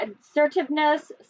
assertiveness